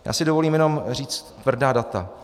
Já si dovolím jenom říct tvrdá data.